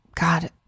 God